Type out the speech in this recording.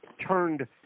turned